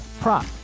prop